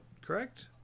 Correct